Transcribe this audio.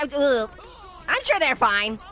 um i'm sure they're fine.